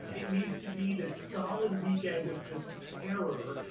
yeah it needs to be this solid weekend of just terror,